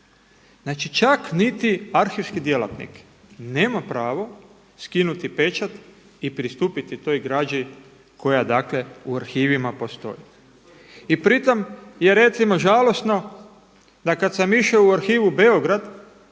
znači čak niti arhivski djelatnik nema pravo skinuti pečat i pristupiti toj građi koja u arhivima postoji. I pri tom je recimo žalosno da kada sam išao u arhivu u Beograd